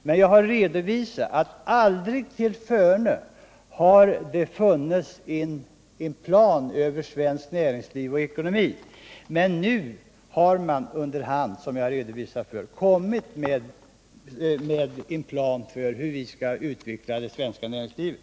Jag har också redovisat att det aldrig tillförne har funnits en plan över svenskt Näringspolitiken näringsliv och svensk ekonomi men att man under hand. som jag nämnt. lagt fram en plan för hur vi skall utveckla det svenska näringslivet.